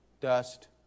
Dust